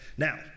Now